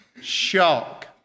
shock